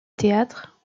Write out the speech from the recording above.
théâtre